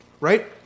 right